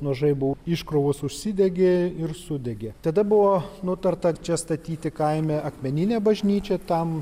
nuo žaibo iškrovos užsidegė ir sudegė tada buvo nutarta čia statyti kaime akmeninę bažnyčią tam